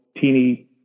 teeny